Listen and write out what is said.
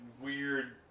weird